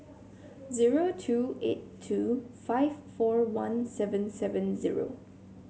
zero two eight two five four one seven seven zero